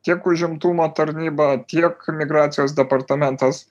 tiek užimtumo tarnyba tiek migracijos departamentas